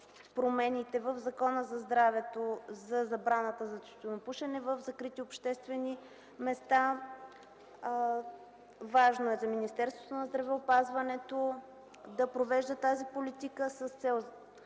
промените в Закона за здравето за забраната за тютюнопушенето в закрити обществени места, за Министерството на здравеопазването е важно да провежда тази политика с цел